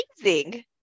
amazing